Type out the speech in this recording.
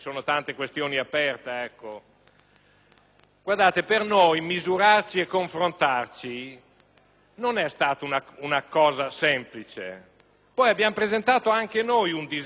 colleghi, per noi misurarci e confrontarci non è stata una cosa semplice; abbiamo presentato anche noi un disegno di legge ma eravamo partiti da